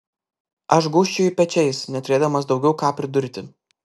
aš gūžčioju pečiais neturėdamas daugiau ką pridurti